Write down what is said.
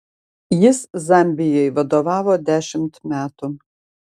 jis zambijai vadovavo dešimt metų